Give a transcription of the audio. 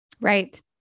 Right